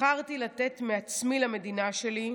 בחרתי לתת מעצמי למדינה שלי,